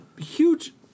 huge